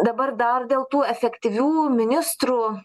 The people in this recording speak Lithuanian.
dabar dar dėl tų efektyvių ministrų